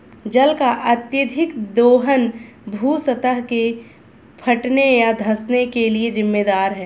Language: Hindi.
जल का अत्यधिक दोहन भू सतह के फटने या धँसने के लिये जिम्मेदार है